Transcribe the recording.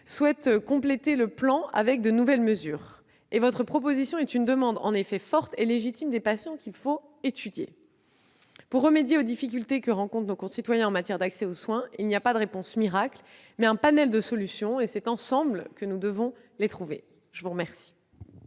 souhaite le compléter par de nouvelles mesures. Votre proposition est une demande forte et légitime des patients, qu'il faut étudier. Pour remédier aux difficultés auxquelles font face nos concitoyens en matière d'accès aux soins, il n'y a pas de réponse miracle, mais un panel de solutions. Ces solutions, c'est ensemble que nous devons les trouver ! La parole